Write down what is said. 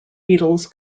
beatles